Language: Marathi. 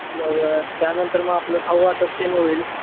मग त्यानंतर मग आपलं खाऊ वाटप तेन होईल